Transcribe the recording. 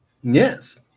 Yes